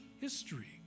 history